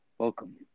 Welcome